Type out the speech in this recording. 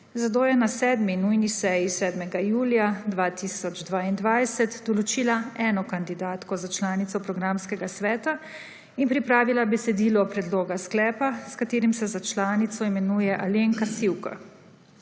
zato je na 7. nujni seji 7. julija 2022 določila eno kandidatko za članico programskega sveta in pripravila besedilo predloga sklepa s katerim se za članico imenuje Alenka Sivka,